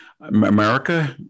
America